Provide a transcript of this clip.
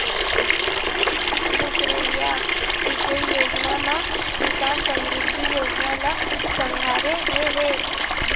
दुसरइया सिंचई योजना म किसान समरिद्धि योजना ल संघारे गे हे